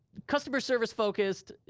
customer service focused,